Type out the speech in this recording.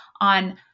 on